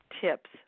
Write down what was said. tips